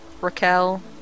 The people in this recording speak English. Raquel